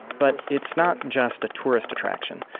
but it's not just a tourist attraction.